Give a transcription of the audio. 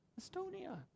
Estonia